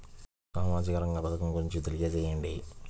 సామాజిక రంగ పథకం గురించి తెలియచేయండి?